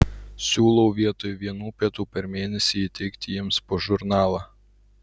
siūlau vietoj vienų pietų per mėnesį įteikti jiems po žurnalą